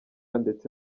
ndetse